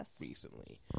recently